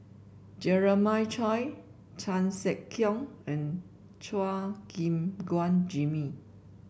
Jeremiah Choy Chan Sek Keong and Chua Gim Guan Jimmy